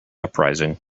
uprising